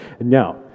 Now